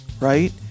right